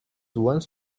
once